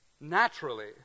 naturally